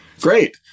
Great